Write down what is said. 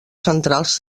centrals